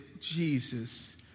Jesus